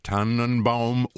Tannenbaum